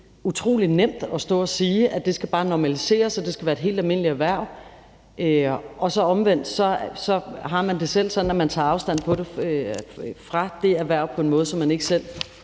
side utrolig nemt at stå og sige, at det bare skal normalisere, og at det skal være et helt almindeligt erhverv, og at man så omvendt selv har det sådan, at man tager afstand fra det erhverv på en måde, så man hverken